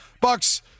Bucks